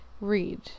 Read